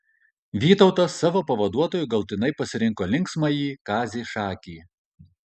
vytautas savo pavaduotoju galutinai pasirinko linksmąjį kazį šakį